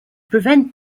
prevent